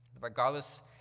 regardless